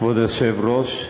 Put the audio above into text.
כבוד היושב-ראש,